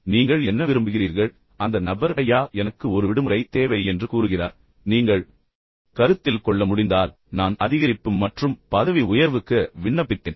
எனவே நீங்கள் என்ன விரும்புகிறீர்கள் பின்னர் அந்த நபர் ஐயா எனக்கு ஒரு விடுமுறை தேவை என்று கூறுகிறார் பின்னர் நீங்கள் கருத்தில் கொள்ள முடிந்தால் நான் அதிகரிப்பு மற்றும் பதவி உயர்வுக்கு விண்ணப்பித்தேன்